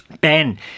Ben